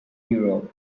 europe